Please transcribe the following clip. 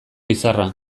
izarra